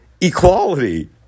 equality